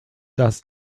dass